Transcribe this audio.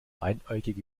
einäugige